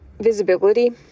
visibility